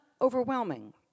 overwhelming